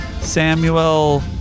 Samuel